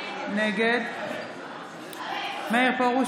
נגד מאיר פרוש,